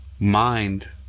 Mind